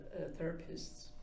therapists